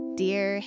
dear